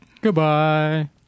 Goodbye